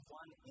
one